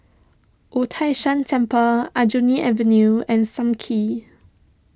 Wu Tai Shan Temple Aljunied Avenue and Sam Kee